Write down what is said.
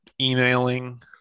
emailing